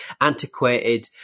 antiquated